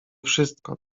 wszystko